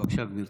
בבקשה, גברתי.